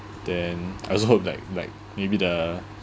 then I also hope like like maybe the